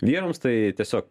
vyrams tai tiesiog